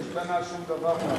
לא השתנה שום דבר מאז.